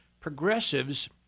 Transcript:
progressives